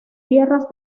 tierras